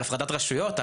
על הפרדת רשויות,